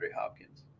Hopkins